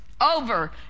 over